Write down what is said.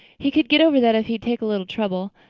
he could get over that if he'd take a little trouble.